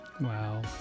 Wow